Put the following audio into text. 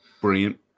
brilliant